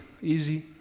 easy